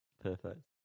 Perfect